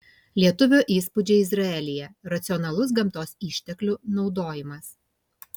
lietuvio įspūdžiai izraelyje racionalus gamtos išteklių naudojimas